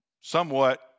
somewhat